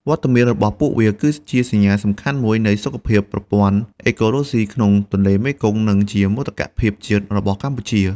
វត្តមានរបស់ពួកវាគឺជាសញ្ញាសំខាន់មួយនៃសុខភាពប្រព័ន្ធអេកូឡូស៊ីក្នុងទន្លេមេគង្គ និងជាមោទកភាពជាតិរបស់កម្ពុជា។